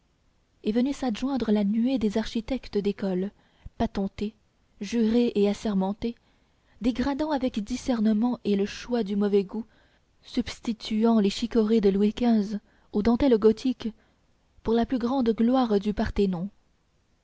est venue s'adjoindre la nuée des architectes d'école patentés jurés et assermentés dégradant avec le discernement et le choix du mauvais goût substituant les chicorées de louis xv aux dentelles gothiques pour la plus grande gloire du